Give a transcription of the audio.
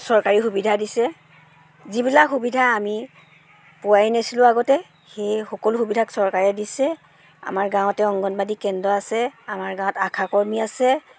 চৰকাৰী সুবিধা দিছে যিবিলাক সুবিধা আমি পোৱাই নাছিলোঁ আগতে সেয়ে সকলো সুবিধা চৰকাৰে দিছে আমাৰ গাঁৱতে অংগণবাদি কেন্দ্ৰ আছে আমাৰ গাঁৱত আশা কৰ্মী আছে